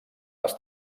les